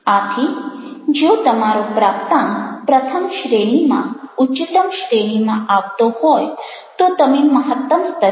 આથી જો તમારો પ્રાપ્તાંક પ્રથમ શ્રેણીમાં ઉચ્ચતમ શ્રેણીમાં આવતો હોય તો તમે મહત્તમ સ્તરે છો